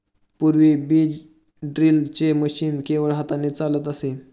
पूर्वी बीज ड्रिलचे मशीन केवळ हाताने चालत असे